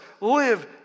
live